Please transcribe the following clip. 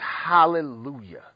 Hallelujah